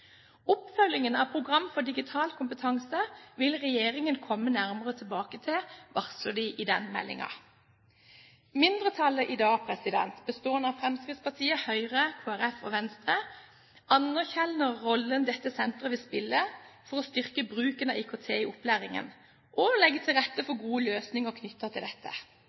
Oppfølgingen av programmet for digital kompetanse vil regjeringen komme nærmere tilbake til, varsler de i den meldingen. Mindretallet i dag, bestående av Fremskrittspartiet, Høyre, Kristelig Folkeparti og Venstre, anerkjenner rollen dette senteret vil spille for å styrke bruken av IKT i opplæringen, og vil legge til rette for gode løsninger knyttet til dette.